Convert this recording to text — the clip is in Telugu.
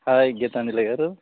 హాయ్ గీతాంజలి గారు